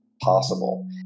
possible